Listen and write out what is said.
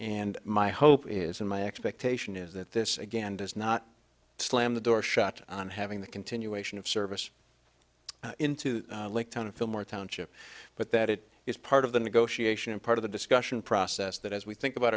and my hope is in my expectation is that this again does not slam the door shut on having the continuation of service into linked on a film or township but that it is part of the negotiation and part of the discussion process that as we think about